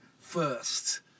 first